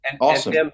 Awesome